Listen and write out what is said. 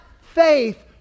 Faith